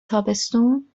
تابستون